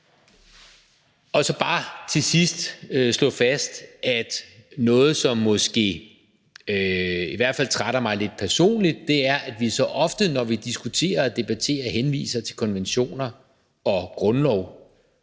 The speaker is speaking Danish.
jeg bare til sidst slå fast, at noget, som i hvert fald trætter mig lidt personligt, er, at vi så ofte, når vi diskuterer og debatterer, henviser til konventioner og grundlov